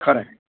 खरं आहे